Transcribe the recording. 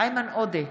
איימן עודה,